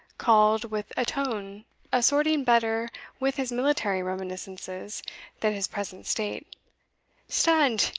called, with a tone assorting better with his military reminiscences than his present state stand!